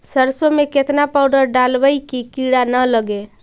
सरसों में केतना पाउडर डालबइ कि किड़ा न लगे?